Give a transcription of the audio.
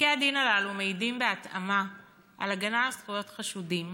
פסקי הדין הללו מעידים בהתאמה על הגנה על זכויות חשודים,